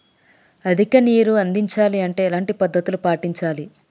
అధిక నీరు అందించాలి అంటే ఎలాంటి పద్ధతులు పాటించాలి?